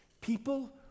People